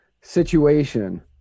situation